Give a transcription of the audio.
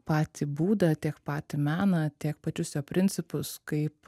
patį būdą tiek patį meną tiek pačius jo principus kaip